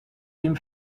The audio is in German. dem